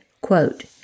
quote